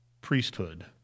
priesthood